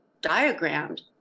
diagrammed